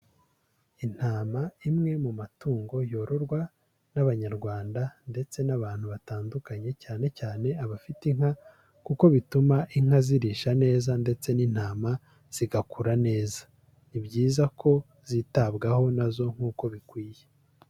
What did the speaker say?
Intama imwe mu matungo yororwa n'Abanyarwanda ndetse n'abantu batandukanye cyane cyane abafite inka kuko bituma inka zirisha neza ndetse n'intama zigakura neza, ni byiza ko zitabwaho na zo nk'uko bikwiye.